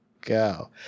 Go